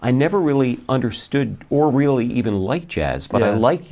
i never really understood or really even like jazz